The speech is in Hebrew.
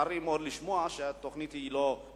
צר לי מאוד לשמוע שהתוכנית לא מתוקצבת.